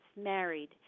married